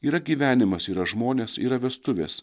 yra gyvenimas yra žmonės yra vestuvės